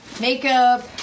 makeup